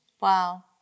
Wow